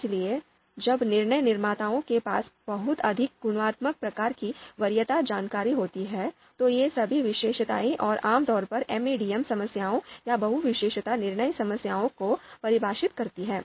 इसलिए जब निर्णय निर्माताओं के पास बहुत अधिक गुणात्मक प्रकार की वरीयता जानकारी होती है तो ये सभी विशेषताएं आम तौर पर MADM समस्याओं या बहु विशेषता निर्णय समस्याओं को परिभाषित करती हैं